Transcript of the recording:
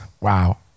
Wow